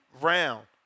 round